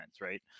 right